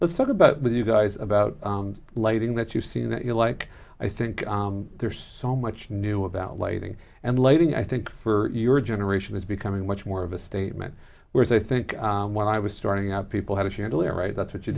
with you guys about lighting that you see that you like i think there's so much new about lighting and lighting i think for your generation is becoming much more of a statement whereas i think when i was starting out people had a chandelier right that's what you